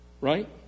Right